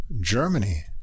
Germany